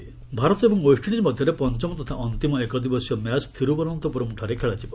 cricket Bharat ଏବଂ West Indies ମଧ୍ୟରେ ପଞ୍ଚମ ତଥା ଅନ୍ତିମ ଏକଦିବସୀୟ ମ୍ୟାଚ୍ ଥିରୁବନନ୍ତପୁରମ୍ଠାରେ ଖେଳାଯିବ